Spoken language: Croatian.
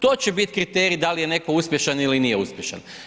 To će bit kriterij dal je netko uspješan ili nije uspješan.